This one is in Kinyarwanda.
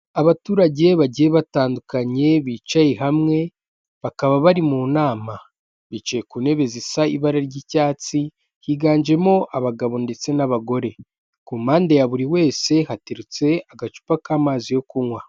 Abaturage bagiye batandukanye bicaye hamwe bakaba bari mu nama bicaye ku ntebe zisa ibara ry'icyatsi, higanjemo abagabo ndetse n'abagore, ku mpande ya buri wese haterutse agacupa k'amazi yo kunywa.